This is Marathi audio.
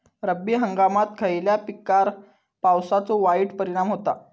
रब्बी हंगामात खयल्या पिकार पावसाचो वाईट परिणाम होता?